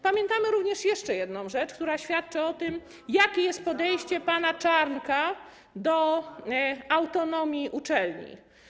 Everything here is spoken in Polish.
Pamiętamy również jeszcze jedną rzecz, która świadczy o tym, jakie jest podejście pana Czarnka do autonomii uczelni.